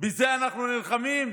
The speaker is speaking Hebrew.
בזה אנחנו נלחמים?